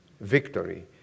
victory